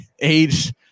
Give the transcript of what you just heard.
age